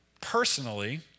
personally